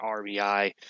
RBI